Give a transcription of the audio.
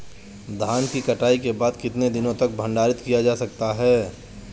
धान की कटाई के बाद कितने दिनों तक भंडारित किया जा सकता है?